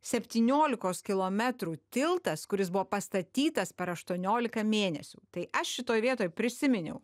septyniolikos kilometrų tiltas kuris buvo pastatytas per aštuoniolika mėnesių tai aš šitoj vietoj prisiminiau